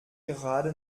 gerade